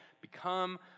become